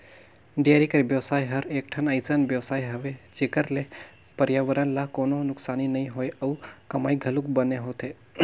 dairy कर बेवसाय हर एकठन अइसन बेवसाय हवे जेखर ले परयाबरन ल कोनों नुकसानी नइ होय अउ कमई घलोक बने होथे